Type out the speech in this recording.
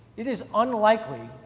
it is unlikely,